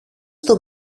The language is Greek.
στο